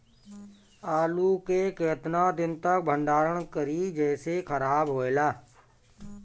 आलू के केतना दिन तक भंडारण करी जेसे खराब होएला?